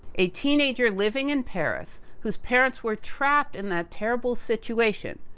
a teenager living in paris, whose parents were trapped in that terrible situation,